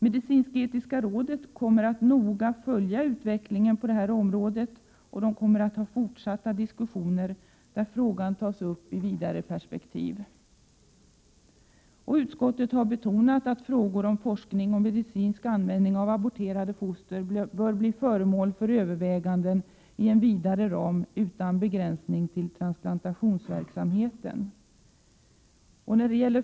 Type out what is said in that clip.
Medicinsk-etiska rådet kommer att noga följa utvecklingen på området och kommer att ha fortsatta diskussioner där frågan tas upp i ett vidare perspektiv. Utskottet har betonat att frågorna om forskning om och medicinsk användning av aborterade foster bör bli föremål för överväganden i en vidare ram utan begränsning till transplantationsverksamheten.